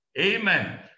Amen